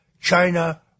China